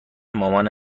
مامانه